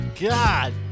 god